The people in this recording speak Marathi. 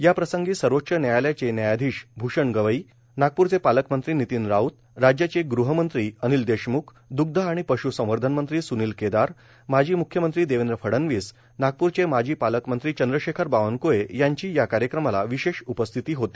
याप्रसंगी सर्वोच्स व्यायालयाचे ग्रुख्य व्यायाघीश भूषण गवई नागपूरचे पालकमंत्री वितीव राऊत राज्याचे गृहमंत्री अनिल देशमुख्र दुग्व आणि पशू संवर्धन मंत्री सुवील केदार माजी मुख्यमंत्री देवेंद्र फडणवीस नागपूरचे माजी पालकमंत्री चंद्रशेखर बाववक्रळे यांची या कार्यक्रमाला विशेष उपस्थिती होती